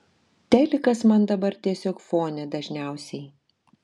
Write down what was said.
telikas man dabar tiesiog fone dažniausiai